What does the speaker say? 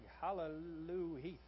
Hallelujah